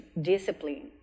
discipline